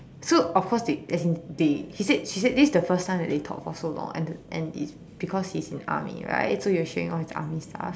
so of course they as in they she said she said this is the first time that they talked for so long and the and it's because he's in army right so he was sharing all his army stuff